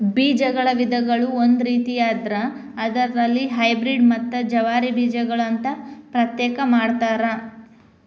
ಬೇಜಗಳ ವಿಧಗಳು ಒಂದು ರೇತಿಯಾದ್ರ ಅದರಲ್ಲಿ ಹೈಬ್ರೇಡ್ ಮತ್ತ ಜವಾರಿ ಬೇಜಗಳು ಅಂತಾ ಪ್ರತ್ಯೇಕ ಮಾಡತಾರ